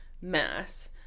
mass